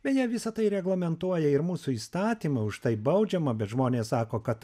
bene visa tai reglamentuoja ir mūsų įstatymai už tai baudžiama bet žmonės sako kad